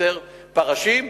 יותר פרשים,